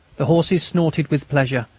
the horses snorted with pleasure,